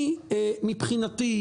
מבחינתי,